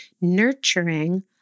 nurturing